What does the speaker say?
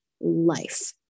life